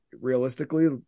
realistically